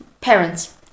parents